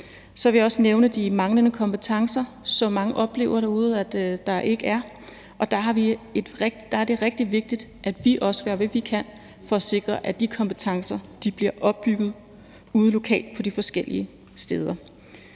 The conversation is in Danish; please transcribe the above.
Så vil jeg også nævne de manglende kompetencer, som mange oplever derude, altså at der mangler. Og der er det rigtig vigtigt, at vi også gør, hvad vi kan, for at sikre, at de kompetencer bliver opbygget ude lokalt på de forskellige steder.